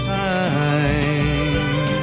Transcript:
time